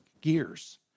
gears